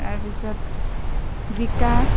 তাৰপিছত জিকা